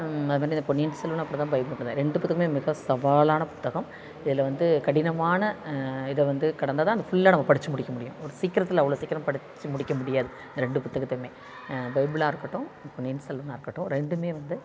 அது மாதிரி இந்த பொன்னியின் செல்வனும் அப்படி தான் பைபிளும் அப்படி தான் ரெண்டு புத்தகமுமே மிக சவாலான புத்தகம் இதில் வந்து கடினமான இதை வந்து கடந்தால் தான் அதை ஃபுல்லாக நம்ம படிச்சு முடிக்க முடியும் ஒரு சீக்கிரத்தில் அவ்வளோ சீக்கிரம் படிச்சு முடிக்க முடியாது இந்த ரெண்டு புத்தகத்தையுமே பைபிளாக இருக்கட்டும் பொன்னியின் செல்வனாக இருக்கட்டும் ரெண்டுமே வந்து